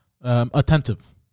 attentive